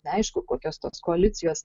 neaišku kokios tos koalicijos